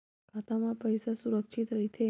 खाता मा पईसा सुरक्षित राइथे?